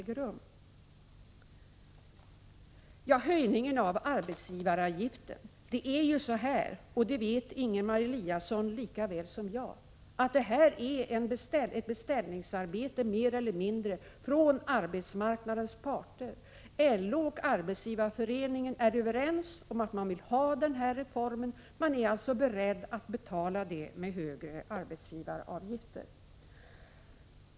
När det gäller höjningen av arbetsgivaravgiften vet Ingemar Eliasson lika väl som jag att det mer eller mindre är en beställning från arbetsmarknadens parter. LO och Arbetsgivareföreningen är överens om att man vill ha den här reformen, och man är alltså beredd att betala den med högre arbetsgivaravgifter.